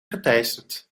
geteisterd